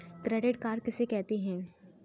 Credit card किसे कहते हैं?